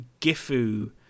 Gifu